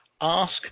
ask